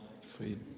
Sweet